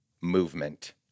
movement